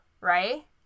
right